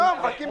טוב, מי בעד?